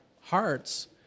hearts